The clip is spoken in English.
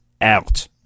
out